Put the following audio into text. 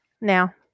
Now